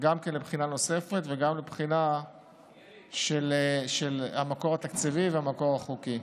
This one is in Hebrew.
גם לבחינה נוספת וגם לבחינה של המקור התקציבי והמקור החוקי.